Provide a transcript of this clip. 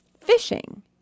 fishing